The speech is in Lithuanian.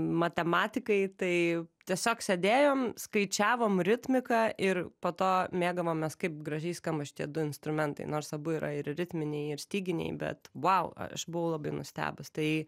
matematikai tai tiesiog sėdėjom skaičiavom ritmiką ir po to mėgavomės kaip gražiai skamba šitie du instrumentai nors abu yra ir ritminiai ir styginiai bet vau aš buvau labai nustebus tai